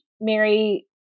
Mary